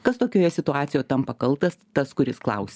kas tokioje situacijoj tampa kaltas tas kuris klaus